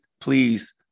please